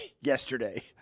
yesterday